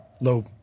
low